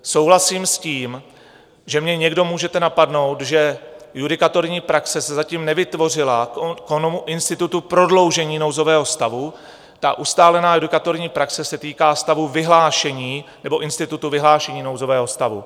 Souhlasím s tím, že mě někdo můžete napadnout, že judikaturní praxe se zatím nevytvořila k onomu institutu prodloužení nouzového stavu, ta ustálená judikaturní praxe se týká stavu vyhlášení nebo institutu vyhlášení nouzového stavu.